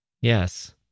yes